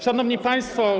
Szanowni Państwo!